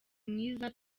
mwiza